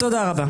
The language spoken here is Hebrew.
תודה רבה.